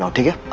to get